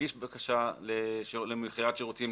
להגיש בקשה למכירת שירותים,